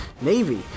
Navy